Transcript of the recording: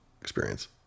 experience